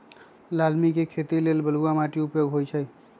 लालमि के खेती लेल बलुआ माटि उपयुक्त होइ छइ